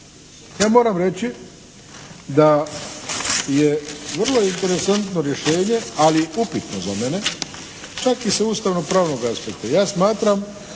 ja moram reći da je vrlo interesantno rješenje, ali upitno za mene, čak i sa ustavnopravnog aspekta.